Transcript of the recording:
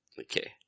Okay